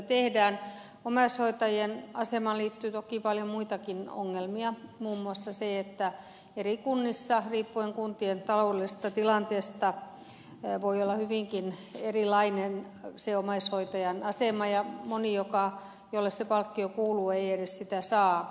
omaishoita jien asemaan liittyy toki paljon muitakin ongelmia muun muassa se että eri kunnissa riippuen kuntien taloudellisesta tilanteesta omaishoitajan asema voi olla hyvinkin erilainen ja moni jolle se palkkio kuuluu ei edes sitä saa